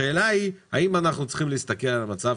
השאלה היא האם אנחנו צריכים להסתכל על המצב